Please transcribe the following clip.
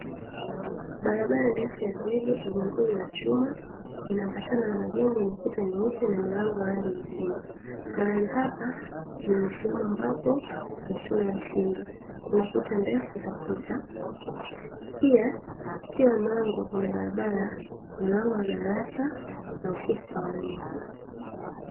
Barabara ndefu ya zege, yenye nguzo za chuma inaambatana na majengo yenye kuta nyeupe na milango ya rangi nyekundu. Mahali hapa ni sehemu ambapo ya shule ya msingi, kuna kuta ndefu za kuta, pia kila mlango kwenye barabara ni lango la darasa na ofisi za walimu.